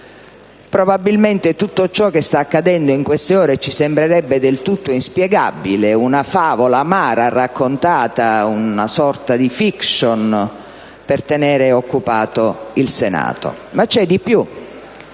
probabilmente tutto ciò che sta accadendo in queste ore ci sembrerebbe del tutto inspiegabile, una favola amara, una sorta di *fiction* per tenere occupato il Senato. Ma c'è di più.